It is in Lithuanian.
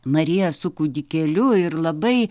mariją su kūdikėliu ir labai